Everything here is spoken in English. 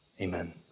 amen